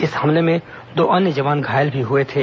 इस हमले में दो अन्य जवान घायल भी हुए थे